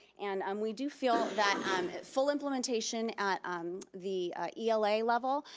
and um we do feel that um full implementation, at the ela level,